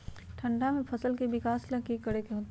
ठंडा में फसल के विकास ला की करे के होतै?